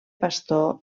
pastor